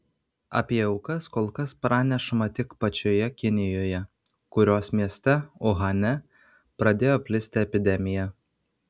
apie aukas kol kas pranešama tik pačioje kinijoje kurios mieste uhane pradėjo plisti epidemija